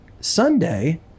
Sunday